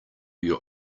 your